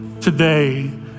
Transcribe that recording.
today